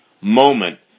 moment